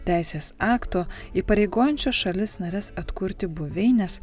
teisės akto įpareigojančio šalis nares atkurti buveines